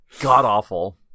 god-awful